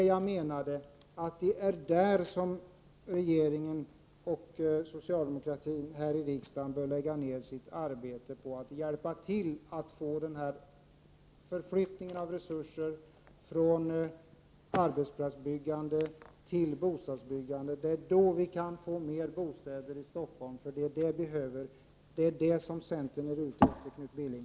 Jag menar att regeringen och socialdemokraterna här i riksdagen bör lägga ned sitt arbete på att hjälpa till med denna förflyttning av resurser från arbetsplatsbyggande till bostadsbyggande. Det är först då man kan få mer bostäder i Stockholm, för det är det som behövs, och det är detta som centern är ute efter, Knut Billing.